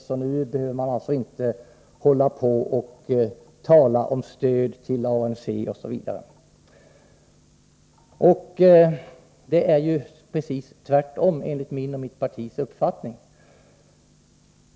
Och nu behöver man inte hålla på och tala om stöd till ANC osv. Det förhåller sig precis tvärtom enligt min och mitt partis uppfattning.